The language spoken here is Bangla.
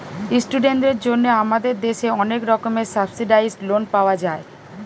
ইস্টুডেন্টদের জন্যে আমাদের দেশে অনেক রকমের সাবসিডাইসড লোন পাওয়া যায়